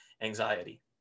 anxiety